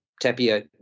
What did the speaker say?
Tapia